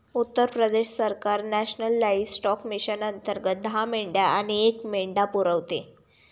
उत्तर प्रदेश सरकार national livestock mission अंतर्गत दहा मेंढ्या आणि एक मेंढा पुरवते